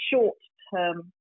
short-term